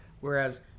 whereas